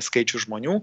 skaičių žmonių